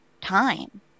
time